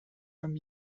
from